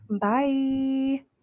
Bye